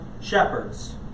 shepherds